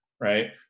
right